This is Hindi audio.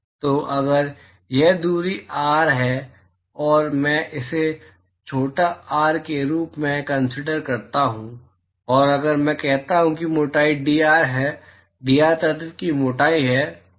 तो अगर यह दूरी आर है और मैं इसे छोटा आर के रूप में कंसीडर करता हूं और अगर मैं कहता हूं कि मोटाई डॉ है डॉ तत्व की मोटाई है